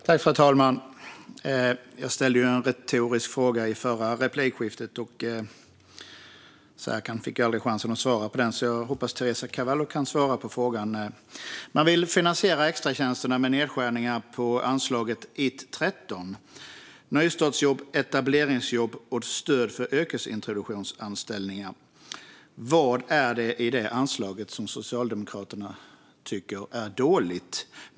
Fru talman! Jag ställde en retorisk fråga i ett tidigare replikskifte. Serkan Köse fick aldrig chansen att svara på den. Jag hoppas att Teresa Carvalho kan svara på frågan. Man vill finansiera extratjänsterna med nedskärningar på anslaget 1:13, Nystartsjobb, etableringsjobb och stöd för yrkesintroduktionsanställningar . Vad är det i det anslaget som Socialdemokraterna tycker är dåligt?